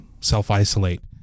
self-isolate